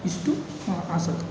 ಇಷ್ಟು ಹಾಂ ಹಾಂ ಸರ್